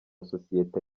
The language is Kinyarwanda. sosiyete